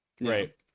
right